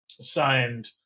signed